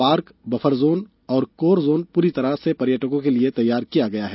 park buffer zone और core zone पूरी तरह से पर्यटकों के लिए तैयार किया गया है